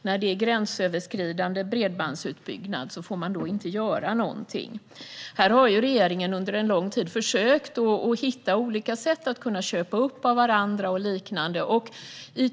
Vid gränsöverskridande bredbandsutbyggnad får man inte göra någonting. Regeringen har under lång tid försökt att hitta olika sätt för att kommuner ska kunna köpa upp av varandra och liknande.